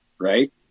Right